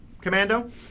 Commando